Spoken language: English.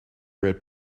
right